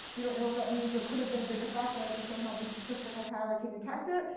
you don't know if that means there could've been a big effect and i just don't have the statistical power to detect it.